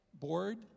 board